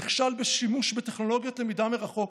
נכשל בשימוש בטכנולוגיות למידה מרחוק,